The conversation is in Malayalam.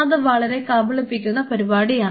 അത് വളരെ കളിപ്പിക്കുന്ന പരിപാടിയാണ്